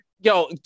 Yo